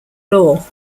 law